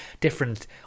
different